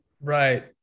Right